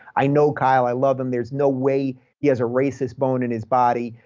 i know kyle, i love him. there's no way he has a racist bone in his body,